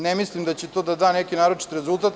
Ne mislim da će to da da neke naročiti rezultat.